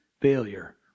failure